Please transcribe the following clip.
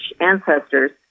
ancestors